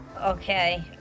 Okay